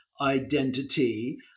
identity